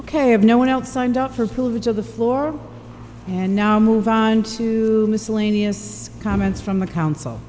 ok i have no one else signed up for pulled to the floor and now move on to miscellaneous comments from the council